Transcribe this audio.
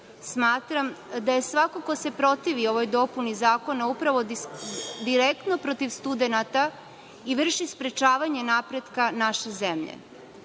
Smatram da je svako ko se protivi ovoj dopuni zakona upravo direktno protiv studenata i vrši sprečavanje napretka naše zemlje. Zato